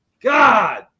God